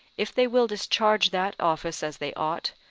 if they will discharge that office as they ought,